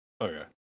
Okay